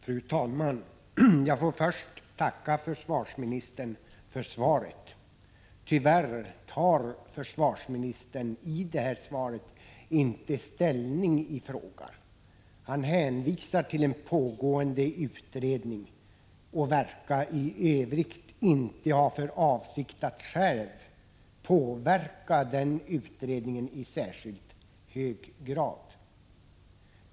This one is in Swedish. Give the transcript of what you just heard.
Fru talman! Jag får först tacka försvarsministern för svaret. Tyvärr tar försvarsministern i svaret inte ställning i frågan. Han hänvisar till en pågående utredning och verkar i övrigt inte ha för avsikt att själv påverka den utredningen i särskilt hög grad.